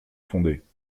fondées